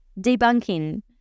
Debunking